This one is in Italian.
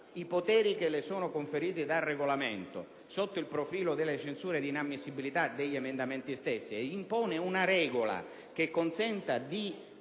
i poteri che le sono conferiti dal Regolamento sotto il profilo delle censure di inammissibilità degli emendamenti e impone una regola che consenta al